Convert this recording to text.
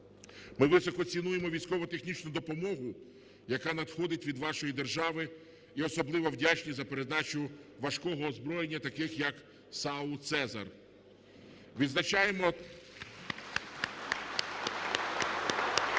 Ми високо цінуємо військово-технічну допомогу, яка надходить від вашої держави, і особливо вдячні за передачу важкого озброєння таких як САУ CAESAR. (Оплески) Відзначаємо